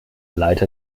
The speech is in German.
leiter